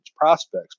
prospects